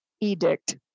edict